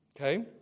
Okay